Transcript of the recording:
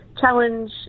challenge